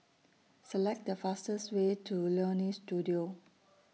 Select The fastest Way to Leonie Studio